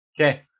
Okay